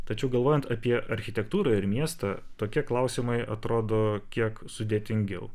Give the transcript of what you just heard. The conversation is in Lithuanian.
tačiau galvojant apie architektūrą ir miestą tokie klausimai atrodo kiek sudėtingiau